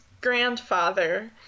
grandfather